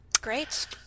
Great